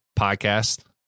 podcast